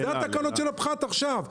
אלה תקנות הפחת עכשיו.